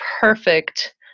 perfect